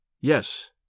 Yes